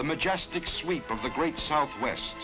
the majestic sweep of the great southwest